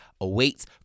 awaits